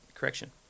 Correction